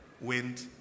wind